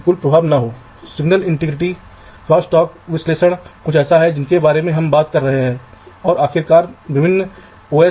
वहां से आप तीन अलग अलग बिंदुओं पर फ़ीड करते हैं यह भी पतला होगा